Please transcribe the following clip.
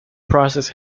process